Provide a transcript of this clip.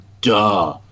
duh